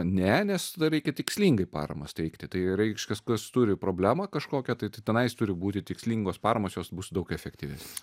ne nes tada reikia tikslingai paramas teikti tai reikš kas kas turi problemą kažkokią tai tai tenais turi būti tikslingos paramos jos bus daug efektyvesnės